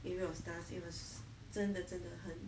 area of stars it was 真的真的很